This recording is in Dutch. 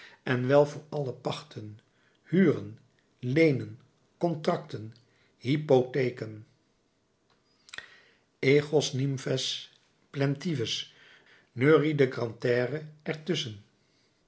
en wel voor alle pachten huren leenen contracten hypotheken echos nymphes plaintives neuriede grantaire er